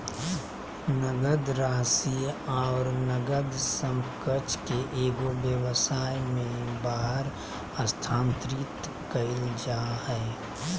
नकद राशि और नकद समकक्ष के एगो व्यवसाय में बाहर स्थानांतरित कइल जा हइ